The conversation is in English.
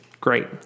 great